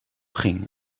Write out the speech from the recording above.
ging